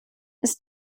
ist